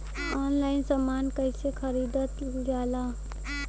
Online समान कैसे खरीदल जाला?